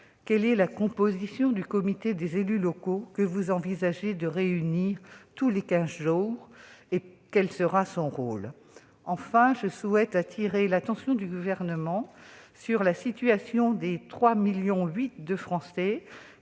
Quelle est la composition du comité d'élus locaux que vous envisagez de réunir tous les quinze jours, et quel sera son rôle ? Enfin, j'appelle l'attention du Gouvernement sur la situation des 3,8 millions de Français